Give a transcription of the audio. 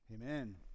Amen